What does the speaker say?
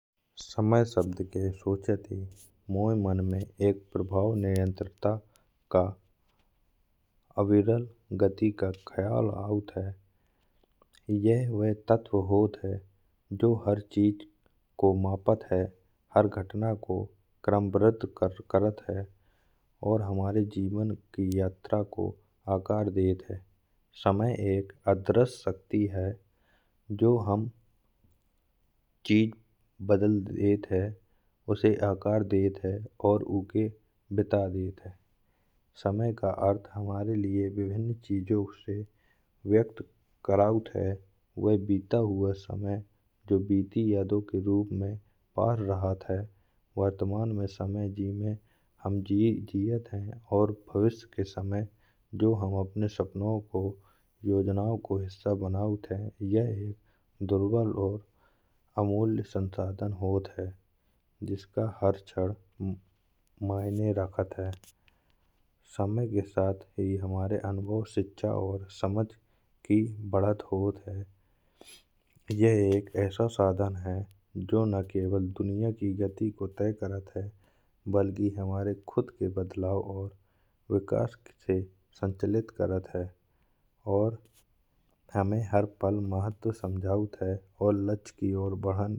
समय शब्द के सोचत ही मोये मन में एक प्रभाव नियन्त्रता का आवेदन गति का ख्याल आऊत है। यह वह तत्व होत है जो हर चीज को मापत है और हर घटना को क्रमबृत करत है और हमारे जीवन की यात्रा को आकार देत है। समय एक अदृश्य शक्ति है जो हम चीज बदल देत है। उसे आकार देत है और उके बिता देत है समय का अर्थ हमारे लिए विभिन्न चीजों से व्यक्त करऊत है। वह बिता हुआ समय जो वीतिया यादो के रूप में पर रहत है वर्तमान में समय जी में हम जियत है। और भविष्य के समय जो हम अपने सपनों को योजनाओं को हिस्सा बनऊत है। यह एक दुर्बल और अमूल्य संसाधन होत है जिसका हर छड मायने रखत है। समय के साथ ही हमारे अनुभव शिक्षा और समझ की बढ़ात होत है। यह एक ऐसा साधन है जो न केवल दुनिया की गति को तय करत है। बल्कि हमारे खुद से बदलाव और विकास से संचालित करत है। और हमें हर पल महत्व समझऊत है और लक्ष्य की ओर बढ़न को इशारो करत है।